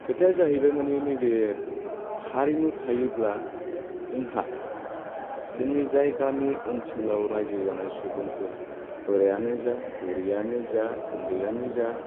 खोथाया जाहैबाय माने नैबे हारिमु थायोब्ला जोंहा जोंनि जाय गामि ओनसोलआव रायजो जानाय सुबुंफोर बोरायआनो जा बुरिआनो जा उन्दैआनो जा